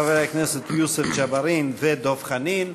חברי הכנסת יוסף ג'בארין ודב חנין,